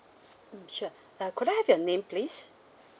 mm sure uh could I have your name please